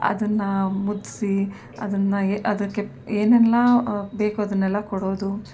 ಅದನ್ನು ಮುದ್ದಿಸಿ ಅದನ್ನು ಎ ಅದಕ್ಕೆ ಏನೆಲ್ಲಾ ಬೇಕು ಅದನ್ನೆಲ್ಲ ಕೊಡೋದು